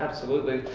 absolutely.